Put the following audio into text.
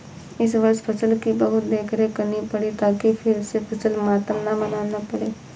इस वर्ष फसल की बहुत देखरेख करनी पड़ी ताकि फिर से फसल मातम न मनाना पड़े